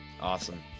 Awesome